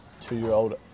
two-year-old